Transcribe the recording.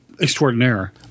extraordinaire